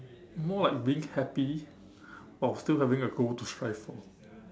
more like being happy while still having a goal to strive for